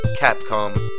Capcom